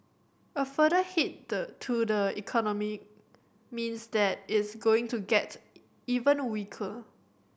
a further hit to the economy means that it's going to get even weaker